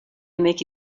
make